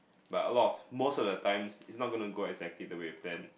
but a lot of most of the times its not gonna go exactly the way planned